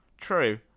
True